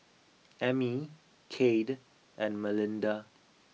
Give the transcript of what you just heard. Emmy Kade and Melinda